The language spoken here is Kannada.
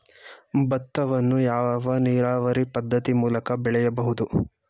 ಭತ್ತವನ್ನು ಯಾವ ನೀರಾವರಿ ಪದ್ಧತಿ ಮೂಲಕ ಬೆಳೆಯಬಹುದು?